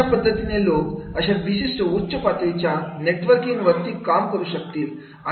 अशा पद्धतीने लोक अशा विशिष्ट उच्च पातळीच्या नेटवर्किंग वरती काम करू शकतील